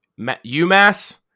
umass